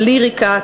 "ליריקה",